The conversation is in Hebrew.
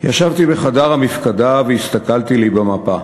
ישבתי בחדר המפקדה והסתכלתי לי במפה.